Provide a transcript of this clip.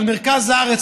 על מרכז הארץ,